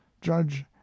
judge